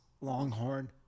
Longhorn